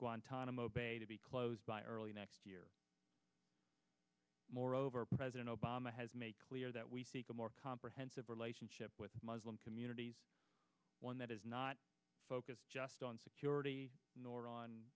guantanamo bay to be closed by early next year moreover president obama has made clear that we seek a more comprehensive relationship with muslim communities one that is not focused just on security nor on